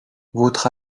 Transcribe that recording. votre